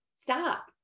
Stop